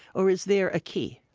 or is there a key?